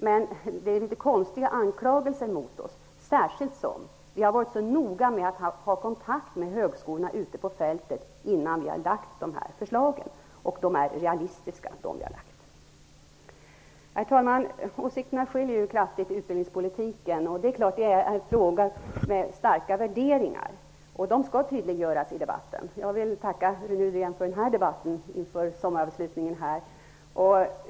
Men det är litet konstiga anklagelser som riktas mot oss, särskilt som vi har varit så noga med att ha kontakt med högskolorna ute på fältet innan vi har lagt fram våra förslag. Och de förslag som vi har lagt fram är realistiska! Herr talman! Åsikterna skiljer kraftigt när det gäller utbildningspolitiken, och det är klart att det gäller starka värderingar. Dessa skall tydliggöras i debatten. Jag vill tacka Rune Rydén för den debatt som vi nu haft inför sommaravslutningen här.